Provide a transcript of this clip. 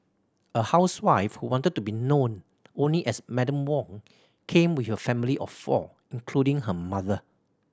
a housewife who wanted to be known only as Madam Wong came with her family of four including her mother